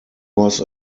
was